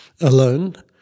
alone